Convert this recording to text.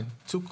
תודה